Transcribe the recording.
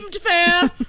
fair